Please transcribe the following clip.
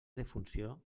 defunció